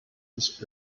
his